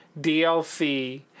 DLC